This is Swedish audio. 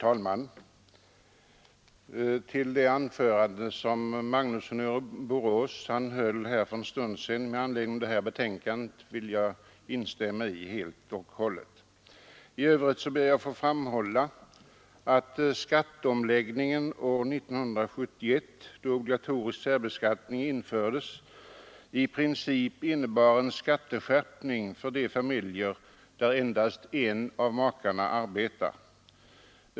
Herr talman! Det anförande som herr Magnusson i Borås höll med anledning av detta betänkande ber jag att helt och hållet få instämma i. I övrigt ber jag att få framhålla att skatteomläggningen år 1971, då obligatorisk särbeskattning infördes, i princip innebar en skatteskärpning för de familjer där endast en av makarna arbetar.